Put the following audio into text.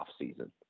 offseason